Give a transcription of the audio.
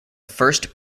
first